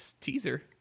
Teaser